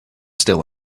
still